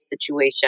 situation